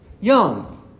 young